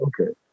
Okay